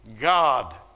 God